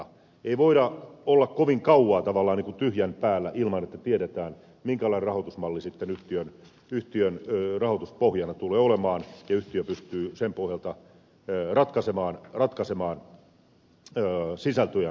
ei voida olla kovin kauaa tavallaan niin kuin tyhjän päällä ilman että tiedetään minkälainen rahoitusmalli sitten yhtiön rahoituspohjana tulee olemaan ja yhtiö pystyy sen puolelta ratkaisemaan sisältöjään tulevaisuudessa